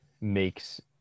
makes